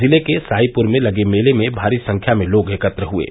जिले के साईपुर में लगे मेले में भारी संख्या में लोग एकत्र हुये